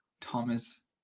Thomas